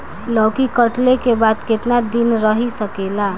लौकी कटले के बाद केतना दिन रही सकेला?